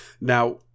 Now